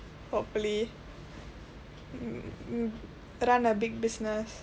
hopefully mm mm run a big business